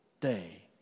day